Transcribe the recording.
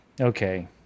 Okay